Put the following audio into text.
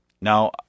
now